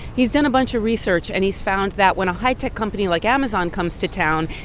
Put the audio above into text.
he's done a bunch of research, and he's found that when a high-tech company like amazon comes to town,